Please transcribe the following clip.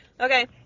okay